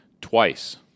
twice